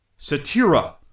Satira